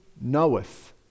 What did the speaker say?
knoweth